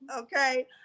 Okay